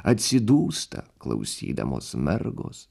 atsidūsta klausydamos mergos